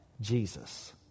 Jesus